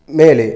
மேலே